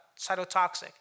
cytotoxic